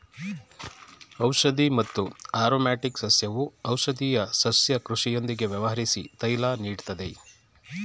ಔಷಧಿ ಮತ್ತು ಆರೊಮ್ಯಾಟಿಕ್ ಸಸ್ಯವು ಔಷಧೀಯ ಸಸ್ಯ ಕೃಷಿಯೊಂದಿಗೆ ವ್ಯವಹರ್ಸಿ ತೈಲನ ನೀಡ್ತದೆ